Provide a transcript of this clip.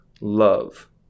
love